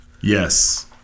Yes